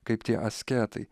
kaip tie asketai